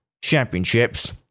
championships